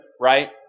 right